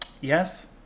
Yes